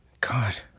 God